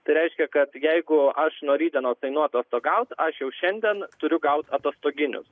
tai reiškia kad jeigu aš nuo rytdienos atostogaut aš jau šiandien turiu gauti atostoginius